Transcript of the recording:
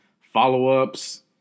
follow-ups